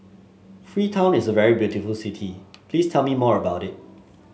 Freetown is a very beautiful city please tell me more about it